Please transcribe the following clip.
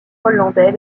hollandais